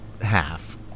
half